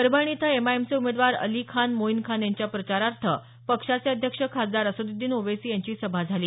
परभणी इथं एमआयएमचे उमेदवार अली खान मोईन खान यांच्या प्रचारार्थ पक्षाचे अध्यक्ष खासदार असदुद्दीन ओवैसी यांची सभा झाली